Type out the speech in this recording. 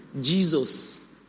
Jesus